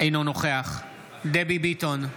אינו נוכח דבי ביטון,